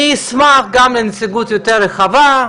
אני אשמח גם לנציגות יותר רחבה,